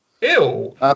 Ew